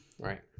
Right